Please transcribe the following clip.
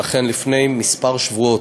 ולכן לפני שבועות